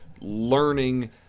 learning